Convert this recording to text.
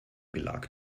belag